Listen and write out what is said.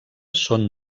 són